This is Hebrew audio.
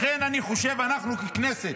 לכן אני חושב שאנחנו ככנסת,